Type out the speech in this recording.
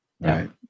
Right